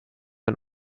ein